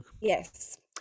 Yes